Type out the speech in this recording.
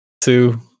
two